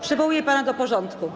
Przywołuję pana do porządku.